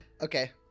okay